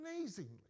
amazingly